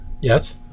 Yes